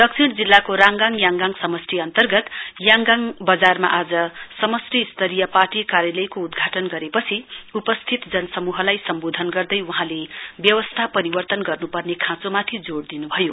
दक्षिण जिल्लाको राङगाङ याङगाङ समष्टि अन्तर्गत याङगाङ वजारमा समस्टि स्तरीय पार्टी कार्यालयको उद्घाटन गरेपछि उपस्थित जनसमूहलाई सम्वोधन गर्दै वहाँले व्यवस्था परिवर्तन गन्पर्ने खाँचोमाथि जोड़ दिनुभयो